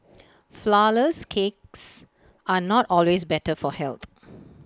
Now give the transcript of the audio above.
Flourless Cakes are not always better for health